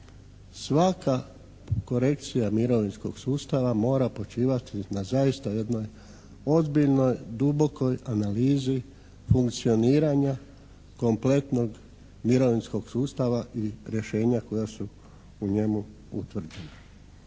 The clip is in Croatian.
svaka korekcija mirovinskog sustava mora počivati na zaista jednoj ozbiljnoj, dubokoj analizi funkcioniranja kompletnog mirovinskog sustava i rješenja koja su u njemu utvrđena.